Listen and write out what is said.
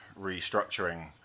restructuring